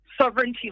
sovereignty